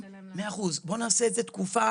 מאה אחוז, בואו נעשה את זה תקופה